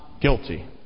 guilty